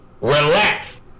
Relax